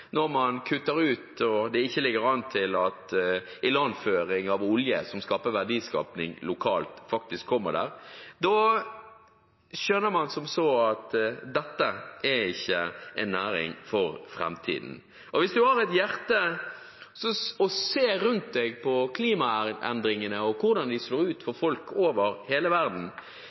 når man kutter ut og det ikke ligger an til at ilandføring av olje som skaper verdier lokalt, faktisk kommer der, ikke er en næring for framtiden. Og hvis man har et hjerte og ser rundt seg på klimaendringene og hvordan de slår ut for folk over hele verden